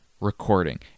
recording